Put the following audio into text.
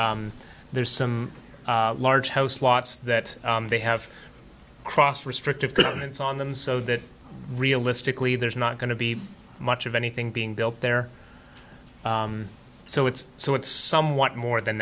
or there's some large house lots that they have crossed restrictive covenants on them so that realistically there's not going to be much of anything being built there so it's so it's somewhat more than